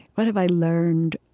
what have i learned?